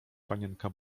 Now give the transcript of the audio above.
panienka